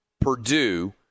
purdue